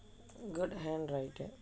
good handwriting